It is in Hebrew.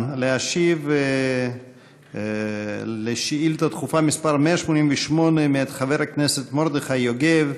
להשיב על שאילתה דחופה מס' 188 מאת חבר הכנסת מרדכי יוגב.